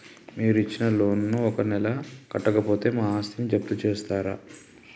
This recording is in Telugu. మీరు ఇచ్చిన లోన్ ను ఒక నెల కట్టకపోతే మా ఆస్తిని జప్తు చేస్తరా?